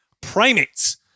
primates